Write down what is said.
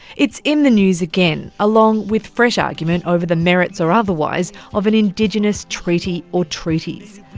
it's in the news again, along with fresh argument over the merits or otherwise of an indigenous treaty or treaties.